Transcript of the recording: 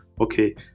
okay